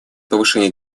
повышение